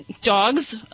dogs